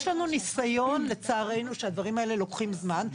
יש לנו ניסיון לצערנו שהדברים האלה לוקחים זמן.